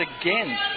again